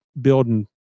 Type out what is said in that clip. building